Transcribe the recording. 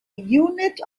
unit